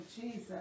Jesus